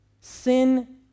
Sin